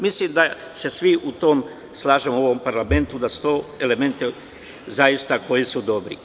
Mislim da se svi u tome slažemo u ovom parlamentu da su to elementi koji su zaista dobri.